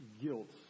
guilt